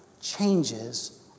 changes